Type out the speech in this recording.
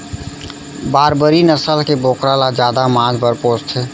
बारबरी नसल के बोकरा ल जादा मांस बर पोसथें